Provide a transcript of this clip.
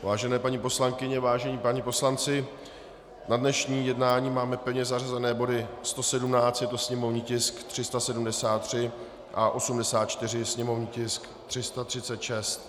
Vážené paní poslankyně, vážení páni poslanci, na dnešní jednání máme pevně zařazené body 117, je to sněmovní tisk 373, a 84, sněmovní tisk 336.